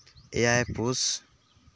ᱮᱭᱟᱭ ᱯᱩᱥ